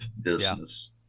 business